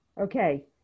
Okay